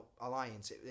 alliance